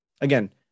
again